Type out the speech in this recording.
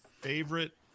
favorite